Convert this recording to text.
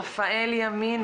רפאל ימין,